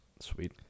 Sweet